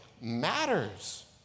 matters